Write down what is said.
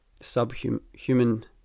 subhuman